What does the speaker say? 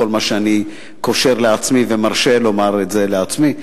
בכל מה שאני קושר לעצמי ומרשה לומר את זה לעצמי.